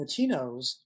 Latinos